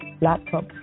laptop